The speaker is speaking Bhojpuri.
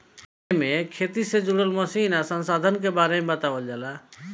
एमे खेती से जुड़ल मशीन आ संसाधन के बारे बतावल जाला